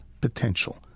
potential